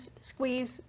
squeeze